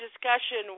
discussion